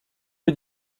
peu